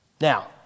Now